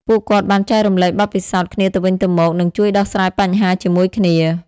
ពួកគាត់បានចែករំលែកបទពិសោធន៍គ្នាទៅវិញទៅមក និងជួយដោះស្រាយបញ្ហាជាមួយគ្នា។